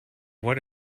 what